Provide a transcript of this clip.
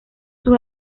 sus